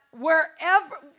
wherever